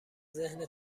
ذهن